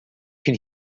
can